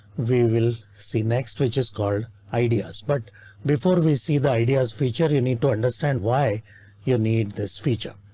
we will see next, which is called ideas. but before we see the ideas feature, you need to understand why you need this feature.